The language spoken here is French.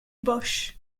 bosch